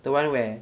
the one where